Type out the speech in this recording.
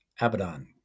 Abaddon